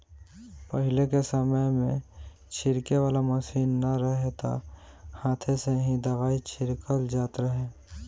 पहिले के समय में छिड़के वाला मशीन ना रहे त हाथे से ही दवाई छिड़कल जात रहे